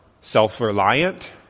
self-reliant